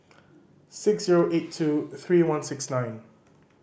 six zero eight two three one six nine